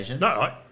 No